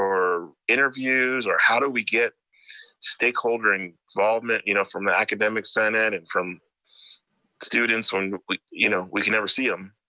or interviews, or how do we get stakeholder and involvement you know from the academic senate and from students when we you know we can never see em?